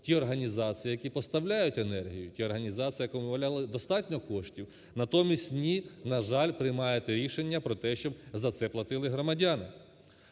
ті організації, які поставляють енергію, ті організації, яким виділяли достатньо коштів. Натомість, ні, на жаль, приймаєте рішення про те, щоб за це платили громадяни.